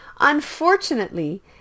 Unfortunately